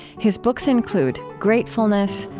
his books include gratefulness,